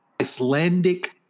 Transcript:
Icelandic